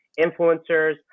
influencers